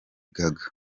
gaga